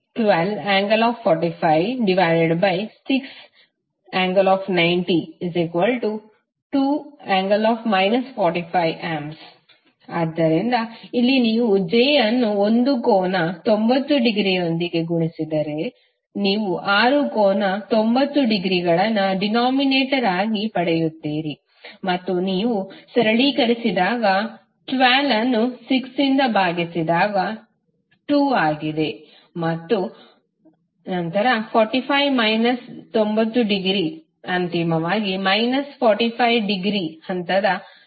112∠456∠902∠ 45A ಆದ್ದರಿಂದ ಇಲ್ಲಿ ನೀವು j ಅನ್ನು ಒಂದು ಕೋನ 90 ಡಿಗ್ರಿಯೊಂದಿಗೆ ಗುಣಿಸಿದರೆ ನೀವು ಆರು ಕೋನ 90 ಡಿಗ್ರಿಗಳನ್ನು ಡಿನಾಮಿನೇಟರ್ ಆಗಿ ಪಡೆಯುತ್ತೀರಿ ಮತ್ತು ನೀವು ಸರಳೀಕರಿಸಿದಾಗ 12 ನ್ನು 6 ರಿಂದ ಭಾಗಿಸಿದಾಗ 2 ಆಗಿದೆ ಮತ್ತು ನಂತರ 45 ಮೈನಸ್ 90 ಡಿಗ್ರಿ ಅಂತಿಮವಾಗಿ ಮೈನಸ್ 45 ಡಿಗ್ರಿ ಹಂತದ ಆಂಪಿಯರ್ ಕೋನ ಆಗಿದೆ